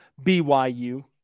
BYU